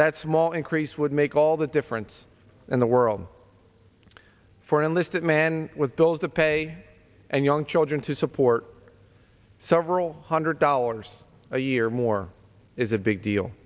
that small increase would make all the difference in the world for an enlisted man with those to pay and young children to support several hundred dollars a year more is a big deal